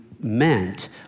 meant